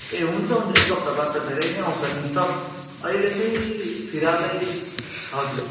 ए हुन्छ हुन्छ एक हप्ता बाद त धेरै नै आउँछ नि स्टक अहिले चाहिँ फिल हालै हजुर